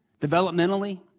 developmentally